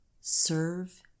serve